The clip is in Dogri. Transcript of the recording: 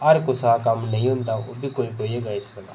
हर कुसै दा कम्म नेईं होंदा ओह्बी कोई कोई गै गाई सकदा